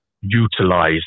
utilize